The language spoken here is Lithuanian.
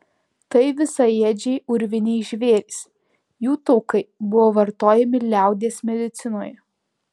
tai visaėdžiai urviniai žvėrys jų taukai buvo vartojami liaudies medicinoje